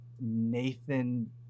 Nathan